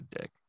dick